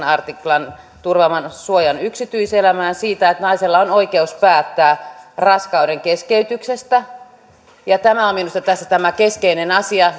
artiklan turvaaman suojan yksityiselämään johon kuuluu että naisella on oikeus päättää raskaudenkeskeytyksestä tämä ja potilaan oikeudet on minusta tässä tämä keskeinen asia